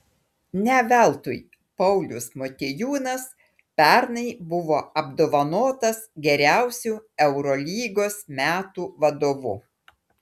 ne veltui paulius motiejūnas pernai buvo apdovanotas geriausiu eurolygos metų vadovu